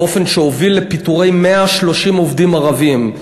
באופן שהוביל לפיטורי 130 עובדים ערבים.